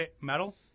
metal